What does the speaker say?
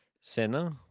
Sinner